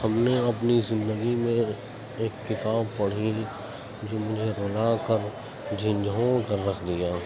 ہم نے اپنی زندگی میں ایک کتاب پڑھی جن نے رلا کر جھنجھوڑ کر رکھ دیا